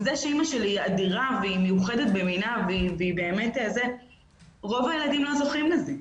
זה שאימא שלי היא אדירה והיא מיוחדת במינה רוב הילדים לא זוכים לזה.